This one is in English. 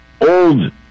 old